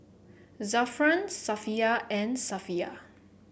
Zafran Safiya and Safiya